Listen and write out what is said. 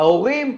ההורים,